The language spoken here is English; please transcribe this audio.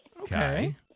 Okay